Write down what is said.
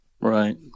Right